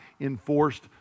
enforced